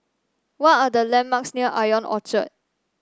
what are the landmarks near Ion Orchard